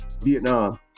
Vietnam